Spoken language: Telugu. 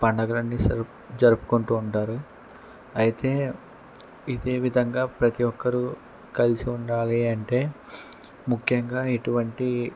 పండుగలన్నీ జరుపుకుంటూ ఉంటారు అయితే ఇదే విధంగా ప్రతి ఒక్కరూ కలిసి ఉండాలి అంటే ముఖ్యంగా ఇటువంటి